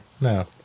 no